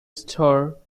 star